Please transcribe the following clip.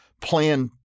plan